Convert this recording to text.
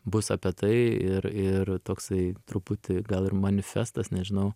bus apie tai ir ir toksai truputį gal ir manifestas nežinau